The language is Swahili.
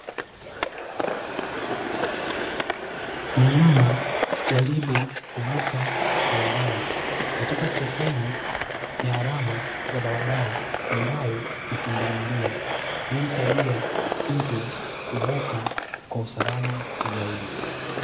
Mwanamama akijaribu kuvuka barabara, katika sehemu ya alama za barabara ambayo ni pundamilia, inayomsaidia mtu kuvuka kwa usalama zaidi.